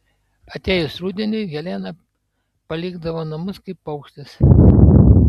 atėjus rudeniui helena palikdavo namus kaip paukštis